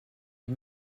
die